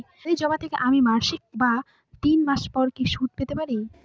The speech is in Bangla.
মেয়াদী জমা থেকে আমি মাসিক বা তিন মাস পর কি সুদ পেতে পারি?